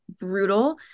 brutal